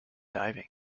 diving